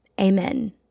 Amen